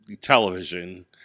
television